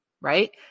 right